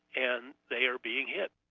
and they are being hit.